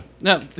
No